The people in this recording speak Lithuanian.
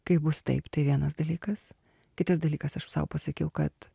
kaip bus taip tai vienas dalykas kitas dalykas aš sau pasakiau kad